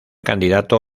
candidato